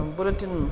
Bulletin